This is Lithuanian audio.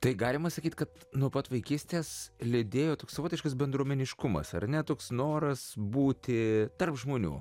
tai galima sakyt kad nuo pat vaikystės lydėjo toks savotiškas bendruomeniškumas ar ne toks noras būti tarp žmonių